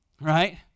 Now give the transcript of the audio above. right